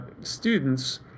students